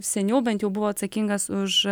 seniau bent jau buvo atsakingas už